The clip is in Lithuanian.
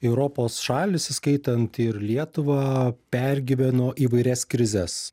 europos šalys įskaitant ir lietuvą pergyveno įvairias krizes